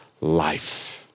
life